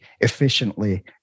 efficiently